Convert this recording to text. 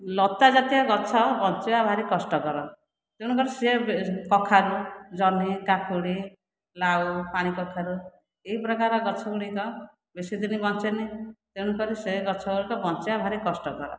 ଲତାଜାତୀୟ ଗଛ ବଞ୍ଚିବା ଭାରି କଷ୍ଟକର ତେଣୁକରି ସେ କଖାରୁ ଜହ୍ନି କାକୁଡ଼ି ଲାଉ ପାଣିକଖାରୁ ଏହିପ୍ରକାର ଗଛଗୁଡ଼ିକ ବେଶୀ ଦିନ ବଞ୍ଚେ ନାହିଁ ତେଣୁକରି ସେ ଗଛଗୁଡ଼ିକ ବଞ୍ଚିବା ଭାରି କଷ୍ଟକର